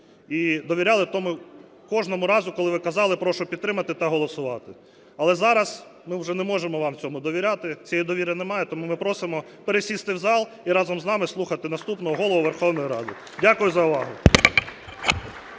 і довіряли кожного разу, коли ви казали "прошу підтримати та голосувати". Але зараз ми вже не можемо вам в цьому довіряти, цієї довіри немає. Тому ми просимо пересісти в зал і разом з нами слухати наступного Голову Верховної Ради. Дякую за увагу.